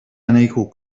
unequal